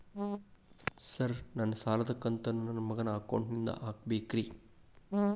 Sir ನನ್ನ ಸಾಲದ ಕಂತನ್ನು ನನ್ನ ಮಗನ ಅಕೌಂಟ್ ನಿಂದ ಹಾಕಬೇಕ್ರಿ?